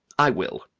i will.